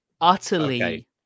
utterly